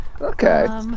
Okay